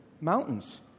mountains